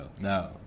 No